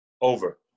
Over